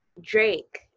Drake